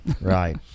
Right